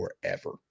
forever